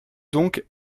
donc